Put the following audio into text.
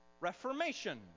Reformation